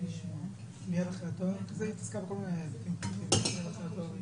אכיפה ברמה כה גורפת משליך על מידתיות ההסדר.